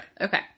Okay